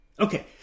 Okay